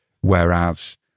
Whereas